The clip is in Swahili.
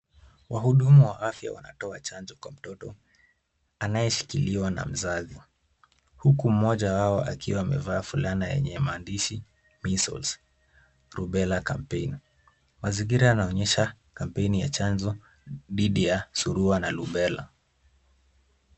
Wahudumu wa afya wanatoa chanjo kwa mtoto anayeshikiliwa na mzazi, huku mmoja wao akiwa amevaa fulana yenye maandishi measles, rubella campaign . Mazingira yanaonyesha kampeni ya chanjo dhidi ya surua na rubela.